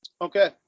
Okay